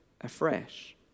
afresh